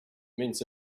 mince